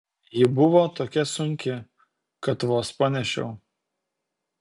ji buvo tokia sunki kad vos panešiau